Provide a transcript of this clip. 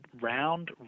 round